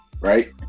right